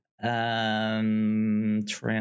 trans